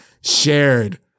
shared